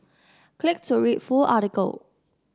click to read full article